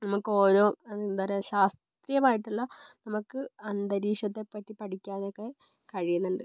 നമുക്ക് ഓരോ എന്താ പറയുക ശാസ്ത്രീയമായിട്ടല്ല നമുക്ക് അന്തരീക്ഷത്തെപ്പറ്റി പഠിക്കാൻ ഒക്കെ കഴിയുന്നുണ്ട്